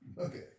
Okay